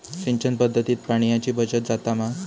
सिंचन पध्दतीत पाणयाची बचत जाता मा?